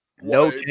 No